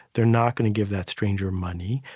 they're not going to give that stranger money,